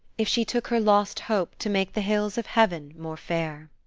if she took her lost hope to make the hills of heaven more fair?